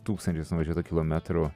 tūkstančius nuvažiuotų kilometrų